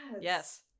Yes